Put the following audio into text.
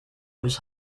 was